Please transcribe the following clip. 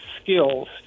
skills